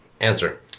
Answer